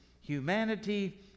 humanity